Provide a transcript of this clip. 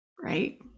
right